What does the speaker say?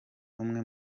umwe